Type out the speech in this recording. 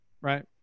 Right